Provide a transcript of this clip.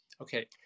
okay